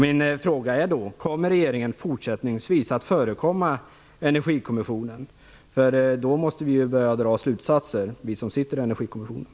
Min fråga är: Kommer regeringen fortsättningsvis att förekomma Energikommissionen? Då måste vi som sitter i Energikommissionen börja dra slutsatser.